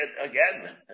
again